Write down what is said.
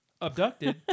abducted